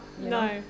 no